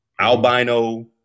Albino